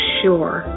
sure